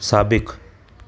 साबिक़ु